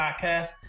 Podcast